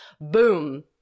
Boom